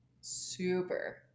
super